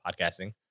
podcasting